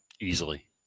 Easily